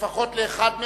לפחות לאחד מהם,